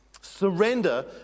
Surrender